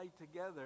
together